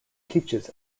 teaches